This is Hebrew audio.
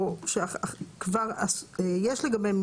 שכבר יש לגביהם,